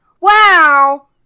wow